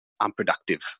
unproductive